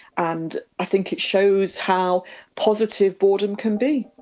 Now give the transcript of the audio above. and i think it shows how positive boredom can be.